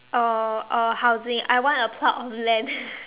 uh uh housing I want a plot of land